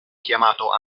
chiamato